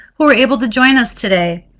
who are able to join us today.